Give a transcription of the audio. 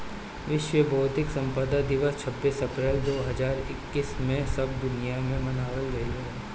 विश्व बौद्धिक संपदा दिवस छब्बीस अप्रैल दो हज़ार इक्कीस में सब दुनिया में मनावल गईल रहे